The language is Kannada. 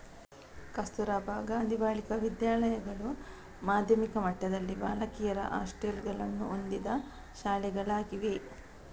ಕಸ್ತೂರಬಾ ಗಾಂಧಿ ಬಾಲಿಕಾ ವಿದ್ಯಾಲಯಗಳು ಮಾಧ್ಯಮಿಕ ಮಟ್ಟದಲ್ಲಿ ಬಾಲಕಿಯರ ಹಾಸ್ಟೆಲುಗಳನ್ನು ಹೊಂದಿದ ಶಾಲೆಗಳಾಗಿವೆ